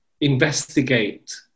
investigate